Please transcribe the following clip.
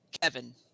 Kevin